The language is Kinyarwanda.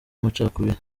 amacakubiri